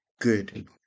Good